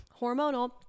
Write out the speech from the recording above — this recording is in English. hormonal